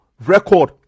record